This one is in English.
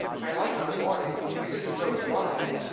i like the morning, it is so blithe.